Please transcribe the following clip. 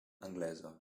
anglesa